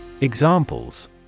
Examples